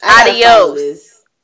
adios